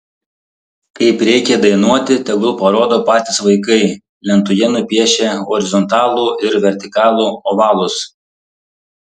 kaip reikia dainuoti tegul parodo patys vaikai lentoje nupiešę horizontalų ir vertikalų ovalus